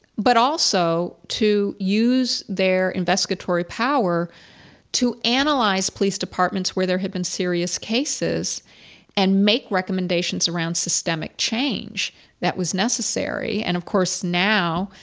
but also to use their investigatory power to analyze police departments where there had been serious cases and make recommendations around systemic change that was necessary. and of course, now,